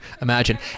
imagine